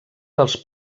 dels